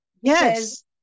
Yes